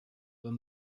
were